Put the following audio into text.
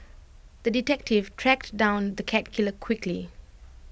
the detective tracked down the cat killer quickly